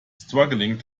struggling